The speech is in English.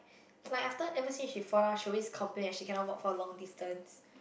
like after ever since she fall down she always complain that she cannot walk for long distance